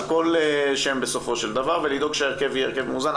כל שם ולדאוג שההרכב יהיה הרכב מאוזן.